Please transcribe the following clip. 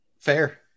Fair